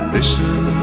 Listen